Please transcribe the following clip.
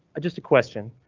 just a question,